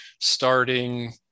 starting